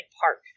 park